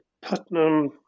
Putnam